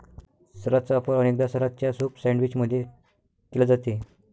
सलादचा वापर अनेकदा सलादच्या सूप सैंडविच मध्ये केला जाते